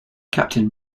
captain